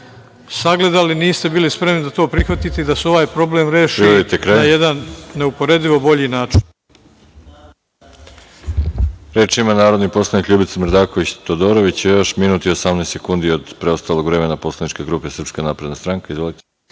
sagledali, niste bili spremni da to prihvatite i da se ovaj problem reši na jedan neuporedivo bolji način.